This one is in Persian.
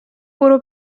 برو